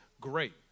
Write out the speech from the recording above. great